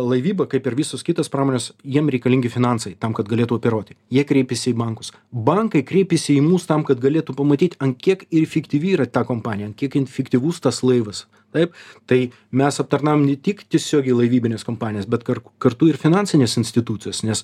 laivyba kaip ir visos kitos pramonės jiems reikalingi finansai tam kad galėtų operuoti jie kreipiasi į bankus bankai kreipiasi į mus tam kad galėtų pamatyt ant kiek ir efektyvi yra ta kompanija kiek infiktyvus tas laivas taip tai mes aptarnaujam ne tik tiesiogiai laivybines kompanijas bet kartu kartu ir finansines institucijas nes